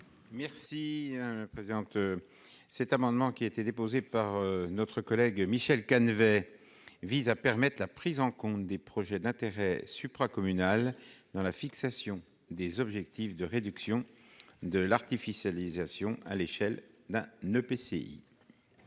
M. Jean-François Longeot. Cet amendement, déposé par Michel Canévet, vise à permettre la prise en compte des projets d'intérêt supracommunal dans la fixation des objectifs de réduction de l'artificialisation, à l'échelle d'un EPCI.